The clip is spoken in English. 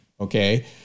Okay